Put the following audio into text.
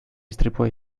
istripua